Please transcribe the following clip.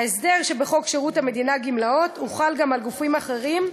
ההסדר שבחוק שירות המדינה (גמלאות) הוחל גם על גופים אחרים,